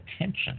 attention